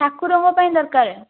ଠାକୁରଙ୍କ ପାଇଁ ଦରକାର